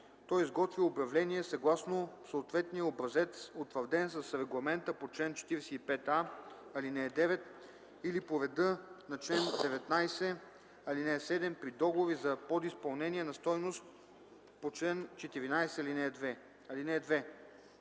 той изготвя обявление съгласно съответния образец, утвърден с регламента по чл. 45а, ал. 9 или по реда на чл. 19, ал. 7 – при договори за подизпълнение на стойност по чл. 14, ал. 2.